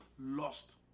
lost